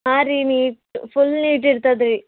ಹಾಂ ರೀ neat full neat ಇರ್ತದ ರೀ